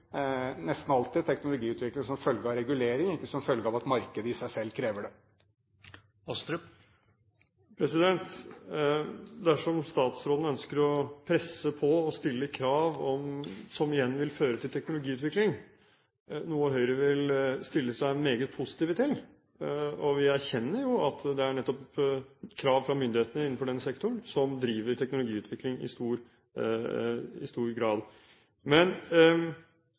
nesten alltid teknologiutvikling som følge av regulering, og ikke som følge av at markedet i seg selv krever det. Dersom statsråden ønsker å presse på og stille krav som igjen vil føre til teknologiutvikling, er det noe Høyre stiller seg meget positiv til, og vi erkjenner at det nettopp er krav fra myndighetene innenfor den sektoren som i stor grad